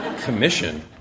Commission